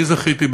אני זכיתי,